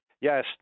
Yes